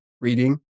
reading